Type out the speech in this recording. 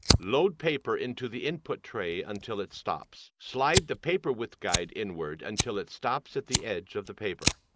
load paper into the input tray until it stops. slide the paper width guide inward until it stops at the edge of the paper.